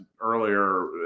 earlier